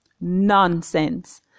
nonsense